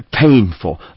painful